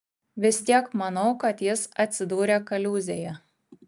vis tiek manau kad jis atsidūrė kaliūzėje